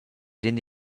sin